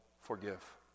forgive